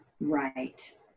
Right